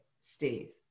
Steve